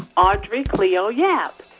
audrey cleo yap,